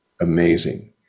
amazing